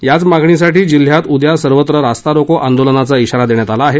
याच मागणीसाठी जिल्ह्यात उद्या सर्वत्र रास्ता रोको आंदोलनाचा इशारा देण्यात आला आहे